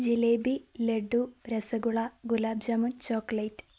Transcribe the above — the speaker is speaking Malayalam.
ജിലേബി ലഡു രസഗുള ഗുലാബ് ജാമുൻ ചോക്ലേറ്റ്